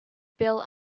bill